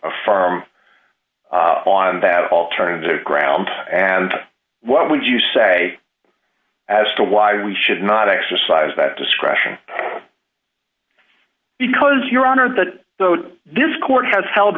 farm on that alternative ground and what would you say as to why we should not exercise that discretion because your honor that this court has held